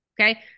okay